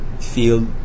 feel